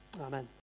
Amen